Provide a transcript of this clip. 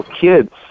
Kids